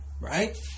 right